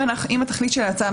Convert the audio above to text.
אם התכלית של ההצעה,